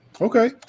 Okay